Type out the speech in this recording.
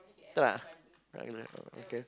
tak nak nak gula oh okay